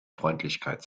freundlichkeit